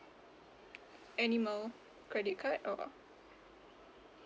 credit card or